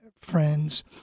friends